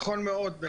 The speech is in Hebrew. נכון מאוד.